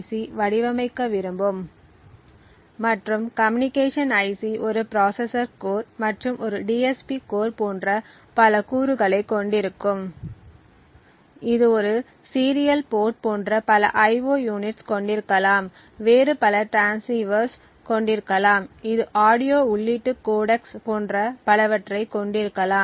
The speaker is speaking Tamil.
சி வடிவமைக்க விரும்பும் மற்றும் கம்யூனிகேஷன் ஐசி ஒரு ப்ராசசர் கோர் மற்றும் ஒரு DSP கோர் போன்ற பல கூறுகளைக் கொண்டிருக்கும் இது ஒரு சீரியல் போர்ட் போன்ற பல IO யூனிட்ஸ் கொண்டிருக்கலாம் வேறு பல டிரான்ஸ்ஸீவர்ஸ் கொண்டிருக்கலாம் இது ஆடியோ உள்ளீட்டு கோடெக்ஸ் போன்ற பலவற்றைக் கொண்டிருக்கலாம்